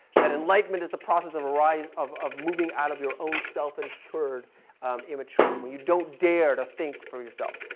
that enlightenment is the process of arising, of, of moving out of your own self incurred immaturity. when you don't dare to think for yourself.